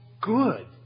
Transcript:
good